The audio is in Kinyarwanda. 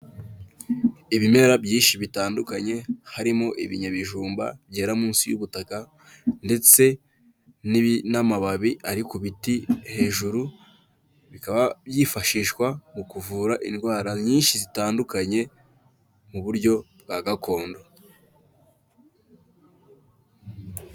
Ibimera byinshi bitandukanye harimo ibinyabijumba, byera munsi y'ubutaka ndetse n'amababi ari ku biti hejuru, bikaba byifashishwa mu kuvura indwara nyinshi zitandukanye mu buryo bwa gakondo.